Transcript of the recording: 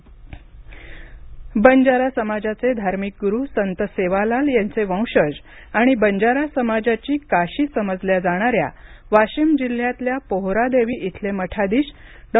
बंजारा धर्मगुरू निघन वाशीम बंजारा समाजाचे धार्मिक गुरू संत सेवालाल यांचे वंशज आणि बंजारा समाजाची काशी समजल्या जाणाऱ्या वाशीम जिल्ह्यातल्या पोहरादेवी इथले मठाधीश डॉ